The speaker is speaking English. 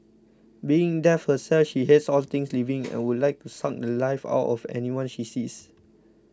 being death herself she hates all things living and would like to suck the Life out of anyone she sees